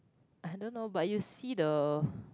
I don't know but you see the